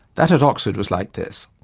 that at oxford was like this,